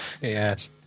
Yes